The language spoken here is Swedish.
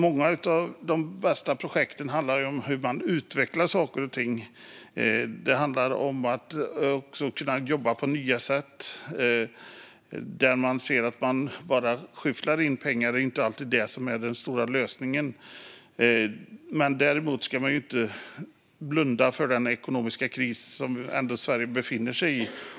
Många av de bästa projekten handlar om hur man utvecklar saker och ting och hur man kan jobba på nya sätt. Att skyffla in pengar är inte alltid den stora lösningen, även om man inte ska blunda för den ekonomiska kris som Sverige ändå befinner sig i.